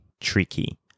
tricky